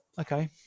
okay